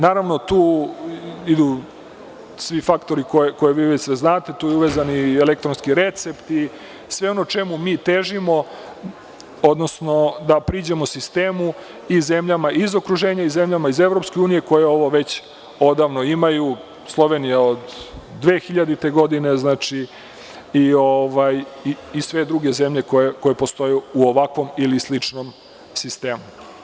Naravno, tu idu svi faktori koje vi već svi znate, tu je uvezan i elektronski recept i sve ono čemu mi težimo, odnosno da priđemo sistemu i zemljama iz okruženja, i zemljama iz EU koje ovo već odavno imaju, Slovenija od 2000. godine, znači, i sve druge zemlje koje postoje u ovakvom ili sličnom sistemu.